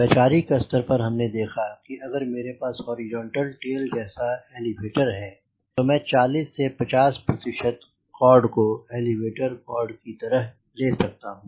वैचारिक स्तर पर हमने देखा है कि अगर मेरे पास एक हॉरिजोंटल टेल जैसा एलीवेटर है तो मैं 40 से 50 प्रतिशत कॉर्ड को एलीवेटर कॉर्ड की तरह ले सकता हूँ